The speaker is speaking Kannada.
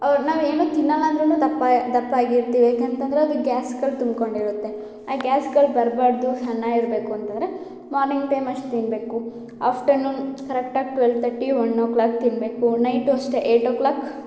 ಅವ್ರು ನಾವೇನು ತಿನ್ನಲ್ಲ ಅಂದ್ರು ದಪ್ಪ ದಪ್ಪಾಗಿರ್ತೀವಿ ಯಾಕಂತಂದರೆ ಅದು ಗ್ಯಾಸ್ಗಳು ತುಂಬ್ಕೊಂಡು ಇರುತ್ತೆ ಆ ಗ್ಯಾಸ್ಗಳು ಬರ್ಬಾರದು ಸಣ್ಣ ಇರಬೇಕು ಅಂತಂದರೆ ಮಾರ್ನಿಂಗ್ ಟೈಮ್ ಅಷ್ಟು ತಿನ್ನಬೇಕು ಆಫ್ಟರ್ನೂನ್ ಕರೆಕ್ಟಾಗಿ twelve thirty one o'clock ತಿನ್ನಬೇಕು ನೈಟು ಅಷ್ಟೇ ಏಯ್ಟ್ ಓ ಕ್ಲಾಕ್